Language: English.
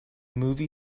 movie